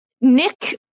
nick